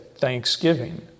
thanksgiving